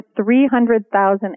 300,000